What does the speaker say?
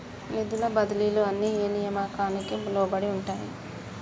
నిధుల బదిలీలు అన్ని ఏ నియామకానికి లోబడి ఉంటాయి?